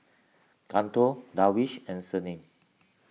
Guntur Darwish and Senin